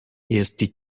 esti